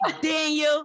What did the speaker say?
Daniel